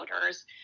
voters